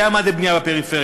יודע מה זה בנייה בפריפריה.